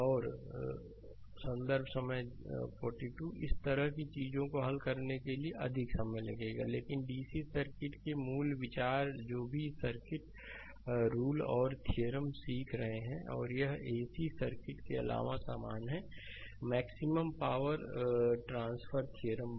और संदर्भ समय 0042 इस तरह की चीजों को हल करने के लिए अधिक समय लगेगा लेकिन डीसी सर्किट के लिए मूल विचार जो भी सर्किट रूल और थ्योरम सीख रहे हैं यह आर एसी सर्किट के अलावा समान है मैक्सिमम पावर ट्रांसफर थ्योरम बाद में देखें